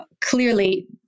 clearly